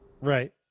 Right